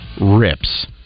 rips